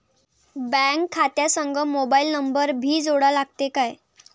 Bank खात्या संग mobile number भी जोडा लागते काय?